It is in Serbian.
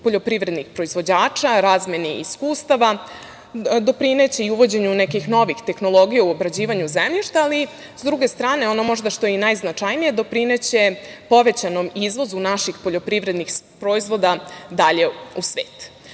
poljoprivrednih proizvođača, razmeni iskustava, doprineće i uvođenju nekih novih tehnologija u obrađivanju zemljišta, ali s druge strane ono što je najznačajnije, doprineće povećanom izvozu naših poljoprivrednih proizvoda dalje u svet. Posle